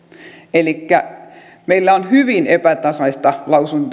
elikkä meillä on hyvin epätasaista